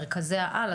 למרכזי העל,